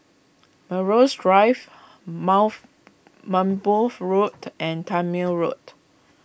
Melrose Drive mouth Road and Tangmere Road